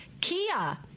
Kia